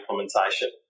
implementation